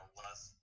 less